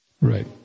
Right